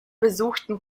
besuchten